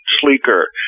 sleeker